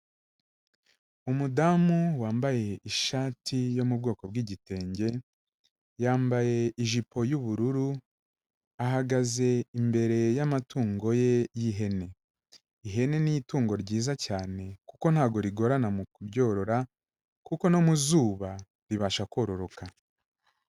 Umudamu wambaye ishati yo mu bwoko bw'igitenge, yambaye ijipo y'ubururu, ahagaze imbere y'amatungo ye y'ihene. Ihene ni itungo ryiza cyane kuko ntabwo rigorana mu kuryorora kuko no mu zuba ribasha kororoka.